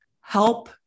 help